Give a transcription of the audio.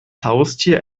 haustier